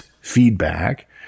feedback